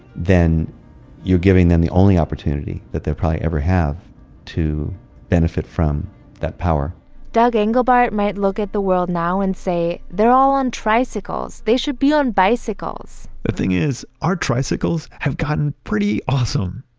then you're giving them the only opportunity that they'll probably ever have to benefit from that power doug engelbart might look at the world now and say, they're all on tricycles, they should be on bicycles. the thing is, our tricycles have gotten pretty awesome.